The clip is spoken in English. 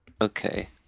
Okay